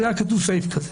היה כתוב סעיף כזה.